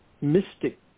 mystic